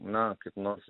na kaip nors